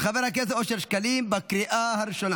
אושרה בקריאה הראשונה